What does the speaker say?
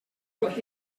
brought